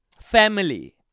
family